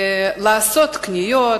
לעשות קניות,